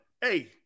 Hey